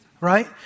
Right